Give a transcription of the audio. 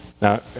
Now